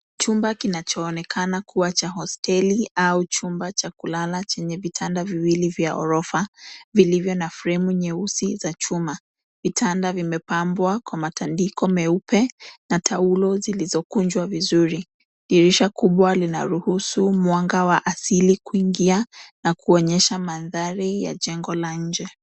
Chumba kinachoonekana kuwa cha hosteli au chumba cha kulala chenye vitanda viwili vya ghorofa vilivyo na fremu nyeusi za chuma. Vitanda vimepambwa kwa matandiko meupe na taulo zilizokunjwa vizuri. Dirisha kubwa linaruhusu mwanga wa asili kuingia na kuonyesha mandhari ya jengo la nje.